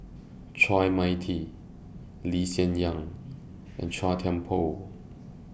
Chua Mia Tee Lee Hsien Yang and Chua Thian Poh